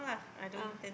ah